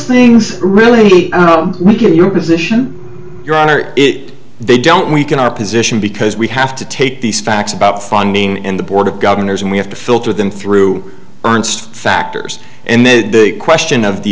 things really weaken your position your honor it they don't weaken our position because we have to take these facts funding and the board of governors and we have to filter them through ernst factors and then the question of the